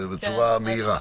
בצורה מהירה.